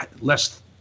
less